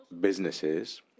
businesses